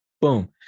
boom